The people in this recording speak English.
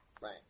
Right